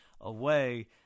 away